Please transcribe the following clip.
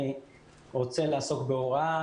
אני רוצה לעסוק בהוראה.